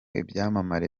ibyamamare